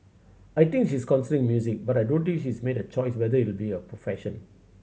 I think she's considering music but I don't think she's made a choice whether it will be her profession